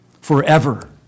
forever